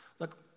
look